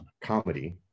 comedy